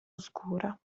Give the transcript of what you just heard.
oscura